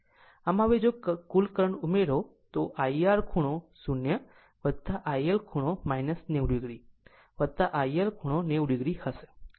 આમ હવે જો કુલ કરંટ ઉમેરો તો IR ખૂણો 0 IL ખૂણો 90 o IL ખૂણો 90 o હોઈશ